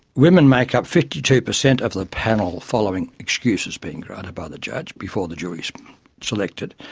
women make up fifty two percent of the panel following excuses being granted by the judge before the jury selected,